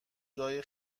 جای